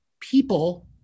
people